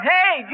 Hey